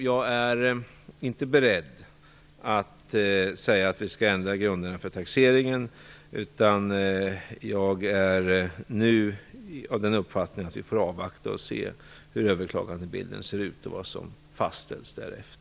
Jag är inte beredd att säga att vi skall ändra grunderna för taxeringen, utan jag är av den uppfattningen att vi får avvakta och se hur överklagandebilden ser ut och vad som fastställs därefter.